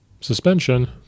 suspension